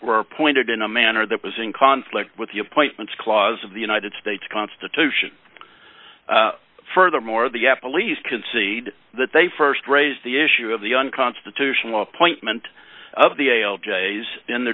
were appointed in a manner that was in conflict with the appointments clause of the united states constitution furthermore the epa least concede that they st raised the issue of the unconstitutional appointment of the ale j s in their